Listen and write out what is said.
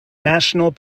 national